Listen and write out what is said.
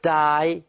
die